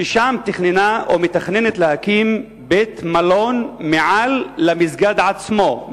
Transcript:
שתכננה או מתכננת להקים בית-מלון מעל למסגד עצמו,